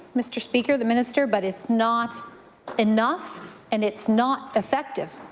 mr. speaker, the minister, but it's not enough and it's not effective.